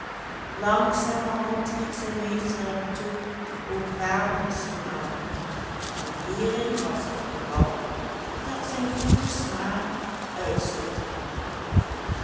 langzamerhand liet zijn meester hem toe ook wapens te malen en hierin was het vooral dat zijn goede smaak